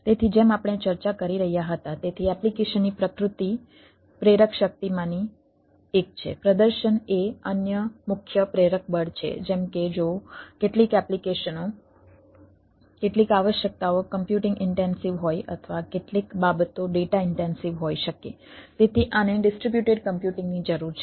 તેથી આને ડિસ્ટ્રિબ્યુટેડ કમ્પ્યુટિંગની જરૂર છે